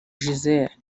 gisele